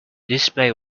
display